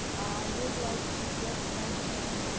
i would like to just mention,